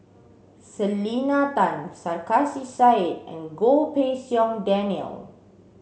Selena Tan Sarkasi Said and Goh Pei Siong Daniel